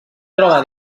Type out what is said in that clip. troba